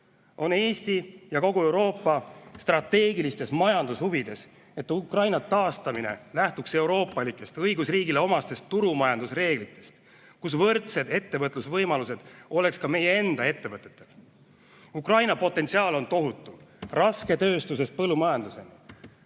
On Eesti ja kogu Euroopa strateegilistes majandushuvides, et Ukrainat taastamine lähtuks euroopalikest, õigusriigile omastest turumajanduse reeglitest, kus võrdsed ettevõtlusvõimalused oleksid ka meie enda ettevõtetel. Ukraina potentsiaal on tohutu, rasketööstusest põllumajanduseni.